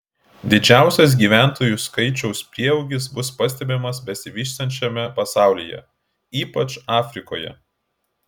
didžiausias gyventojų skaičiaus prieaugis bus pastebimas besivystančiame pasaulyje ypač afrikoje